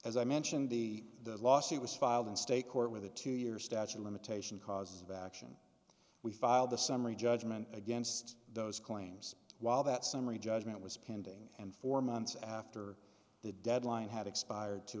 as i mentioned the lawsuit was filed in state court with a two year statute limitation cause of action we filed the summary judgment against those claims while that summary judgment was pending and four months after the deadline had expired to